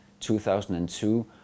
2002